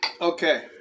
Okay